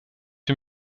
wie